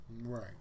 right